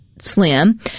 slim